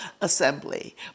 assembly